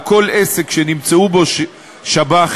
או כל עסק שנמצאו בו שב"חים,